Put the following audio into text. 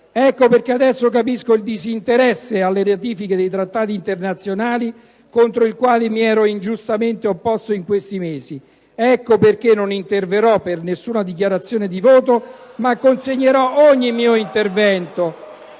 Ecco perché adesso capisco il disinteresse alle ratifiche dei trattati internazionali, contro il quale mi ero ingiustamente opposto in questi mesi. Ecco perché non interverrò per nessuna dichiarazione di voto ma consegnerò ogni mio intervento.